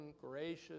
gracious